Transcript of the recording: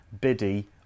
biddy